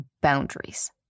boundaries